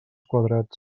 quadrats